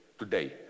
today